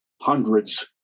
hundreds